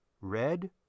red